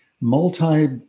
multi-